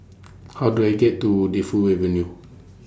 How Do I get to Defu Avenue